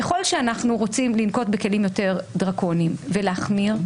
ככל שאנחנו רוצים לנקוט בכלים יותר דרקוניים ולהחמיר,